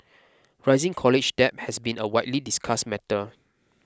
rising college debt has been a widely discussed matter